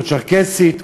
או צ'רקסית,